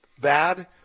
bad